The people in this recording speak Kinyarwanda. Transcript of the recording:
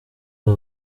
bwa